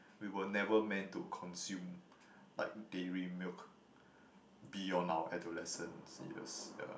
we were never meant to consume like dairy milk beyond our adolescence yes yeah